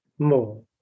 More